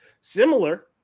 Similar